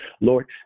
lord